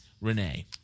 Renee